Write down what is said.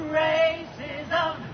racism